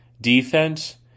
defense